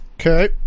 Okay